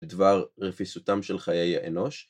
לדבר רפיסותם של חיי האנוש.